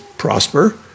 prosper